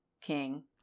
king